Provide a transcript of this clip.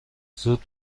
زود